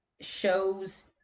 shows